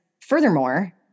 furthermore